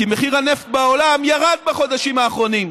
כי מחיר הנפט בעולם ירד בחודשים האחרונים.